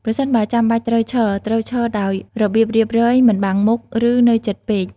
ប្រសិនបើចាំបាច់ត្រូវឈរ ត្រូវឈរដោយរបៀបរៀបរយ មិនបាំងមុខ ឬនៅជិតពេក។